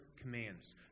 commands